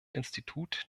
institut